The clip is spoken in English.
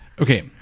Okay